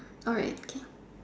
alright okay